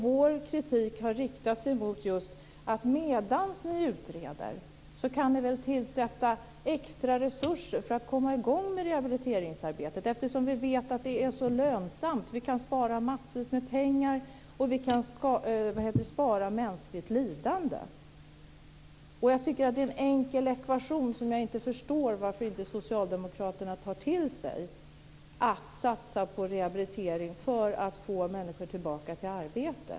Vår kritik har riktat sig mot att medan ni utreder kan ni väl tillsätta extra resurser för att komma i gång med rehabiliteringsarbetet. Vi vet att det är så lönsamt, och det går att spara massvis med pengar och mänskligt lidande. Det är en enkel ekvation som jag inte kan förstå varför inte socialdemokraterna tar till sig, dvs. att satsa på rehabilitering för att få människor tillbaka i arbete.